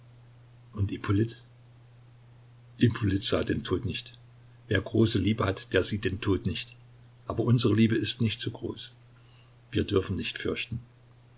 und ippolit ippolit sah den tod nicht wer große liebe hat der sieht den tod nicht aber unsere liebe ist nicht so groß wir dürfen nicht fürchten